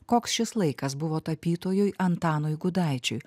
koks šis laikas buvo tapytojui antanui gudaičiui